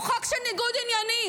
הוא חוק של ניגוד עניינים.